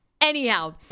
anyhow